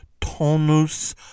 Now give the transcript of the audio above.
tonus